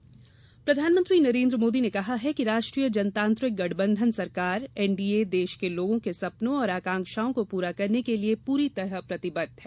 मोदी साक्षात्कार प्रधानमंत्री नरेन्द्र मोदी ने कहा है कि राष्ट्रीय जनतांत्रिक गठबंधन सरकार एनडीए देश के लोगों के सपनों और आकांक्षाओं को पूरा करने के लिए पूरी तरह प्रतिबद्ध है